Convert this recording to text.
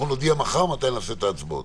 אנחנו נודיע מחר מתי נקיים את ההצבעות.